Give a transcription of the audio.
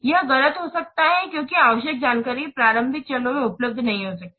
यह गलत हो सकता है क्योंकि आवश्यक जानकारी प्रारंभिक चरण में उपलब्ध नहीं हो सकती है